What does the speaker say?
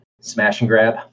smash-and-grab